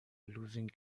losing